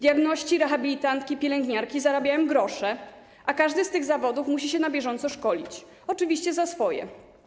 Diagności, rehabilitantki, pielęgniarki zarabiają grosze, a każdy z tych zawodów musi się na bieżąco szkolić, oczywiście za swoje.